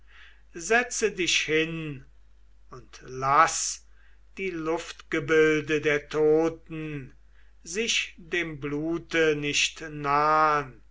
setzte mich hin und ließ die luftgebilde der toten sich dem blute nicht nahn